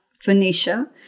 Phoenicia